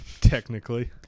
Technically